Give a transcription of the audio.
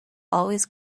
always